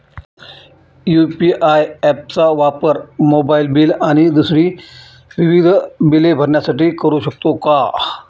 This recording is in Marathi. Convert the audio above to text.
यू.पी.आय ॲप चा वापर मोबाईलबिल आणि दुसरी विविध बिले भरण्यासाठी करू शकतो का?